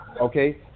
Okay